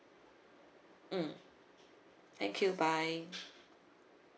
mm thank you bye